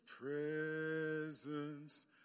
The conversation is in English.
presence